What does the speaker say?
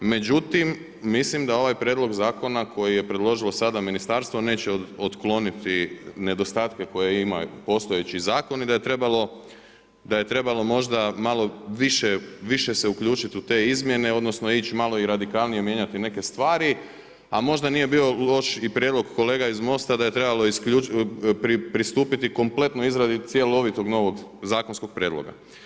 Međutim, mislim da ovaj prijedlog zakona koji je predložilo sada ministarstvo neće otkloniti nedostatke koje ima postojeći zakon i da je trebalo možda malo više se uključiti u te izmjene odnosno ići malo i radikalnije mijenjati neke stvari, a možda nije bio loš i prijedlog kolega iz Most-a da je trebalo pristupiti kompletno izradi cjelovitog novog zakonskog prijedloga.